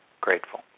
grateful